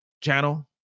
channel